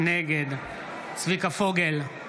נגד צביקה פוגל,